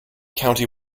county